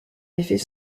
effet